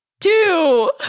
Two